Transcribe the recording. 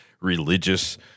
religious